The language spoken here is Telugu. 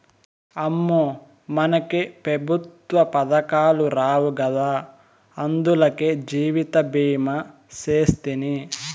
అమ్మో, మనకే పెఋత్వ పదకాలు రావు గదా, అందులకే జీవితభీమా సేస్తిని